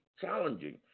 challenging